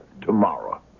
tomorrow